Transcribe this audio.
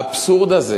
האבסורד הזה